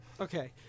okay